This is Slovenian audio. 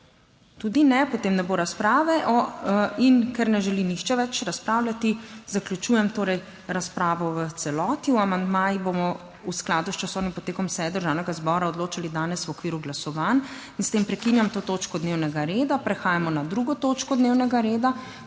Tudi ne, potem ne bo razprave. In ker ne želi nihče več razpravljati, zaključujem torej razpravo v celoti. O amandmajih bomo v skladu s časovnim potekom seje Državnega zbora odločali danes v okviru glasovanj. S tem prekinjam to točko dnevnega reda. Prehajamo na 2. TOČKO DNEVNEGA REDA,